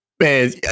Man